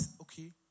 okay